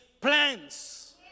plans